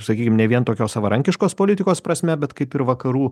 sakykim ne vien tokios savarankiškos politikos prasme bet kaip ir vakarų